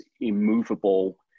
immovable